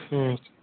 হুম